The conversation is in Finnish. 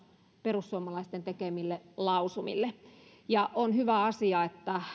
perussuomalaisten tekemille lausumille on hyvä asia että